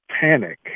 panic